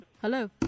Hello